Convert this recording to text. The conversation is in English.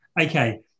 Okay